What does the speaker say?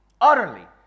Utterly